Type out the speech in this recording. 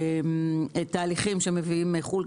ותהליכים שמביאים מחו"ל,